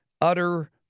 utter